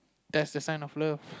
that's the sign of love